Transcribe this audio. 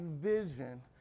vision